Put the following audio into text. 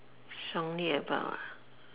strongly about ah